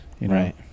Right